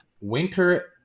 Winter